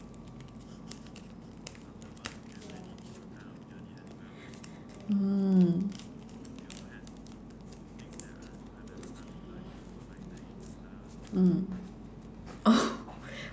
mm mm oh